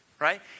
Right